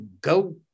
go